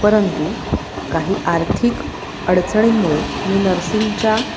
परंतु काही आर्थिक अडचणींमुळे मी नर्सिंगच्या